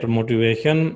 motivation